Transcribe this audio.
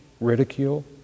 ridicule